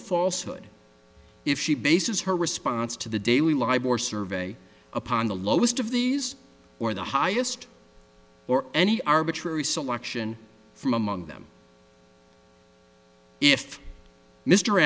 falshood if she bases her response to the daily libel or survey upon the lowest of these or the highest or any arbitrary selection from among them if mr